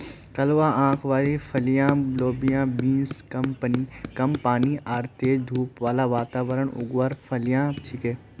कलवा आंख वाली फलियाँ लोबिया बींस कम पानी आर तेज धूप बाला वातावरणत उगवार फलियां छिके